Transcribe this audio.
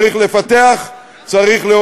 צריך לפתח,